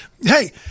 hey